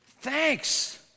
thanks